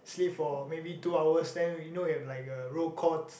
sleep for maybe two hours then you know you have like a roll call